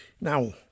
Now